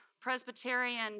Presbyterian